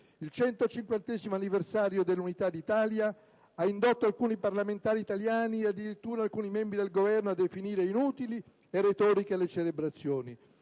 Il 150° anniversario dell'Unità d'Italia ha indotto alcuni parlamentari italiani e, addirittura, alcuni membri del Governo, a definire «inutili e retoriche» le celebrazioni.